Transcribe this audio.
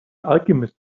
alchemist